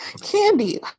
Candy